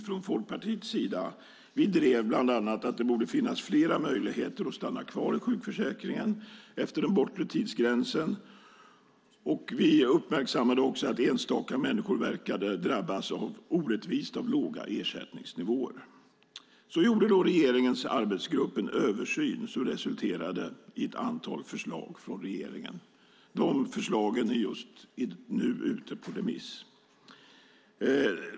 Från Folkpartiets sida drev vi att det borde finnas flera möjligheter att stanna kvar i sjukförsäkringen efter den bortre tidsgränsen, och vi uppmärksammade att enstaka människor verkade drabbas orättvist av låga ersättningsnivåer. Regeringens arbetsgrupp gjorde en översyn som resulterade i ett antal förslag från regeringen. De förslagen är nu ute på remiss.